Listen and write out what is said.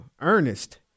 Ernest